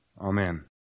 Amen